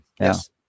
Yes